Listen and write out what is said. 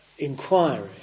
Inquiry